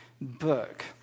book